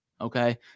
okay